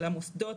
על המוסדות,